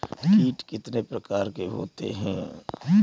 कीट कितने प्रकार के होते हैं?